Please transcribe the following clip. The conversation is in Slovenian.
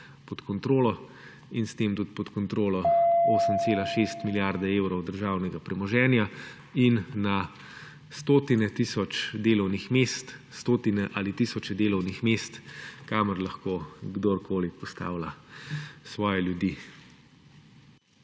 pod kontrolo in s tem tudi pod kontrolo 8,6 milijarde evrov državnega premoženja in na stotine tisoč delovnih mest, stotine ali tisoče delovnih mest, kamor lahko kdorkoli postavlja svoje ljudi.